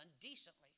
decently